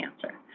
cancer